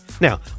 Now